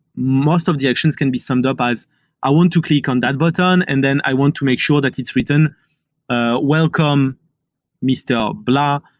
most of the actions can be summed up as i want to click on that button and then i want to make sure that it's written ah welcome mr. blah.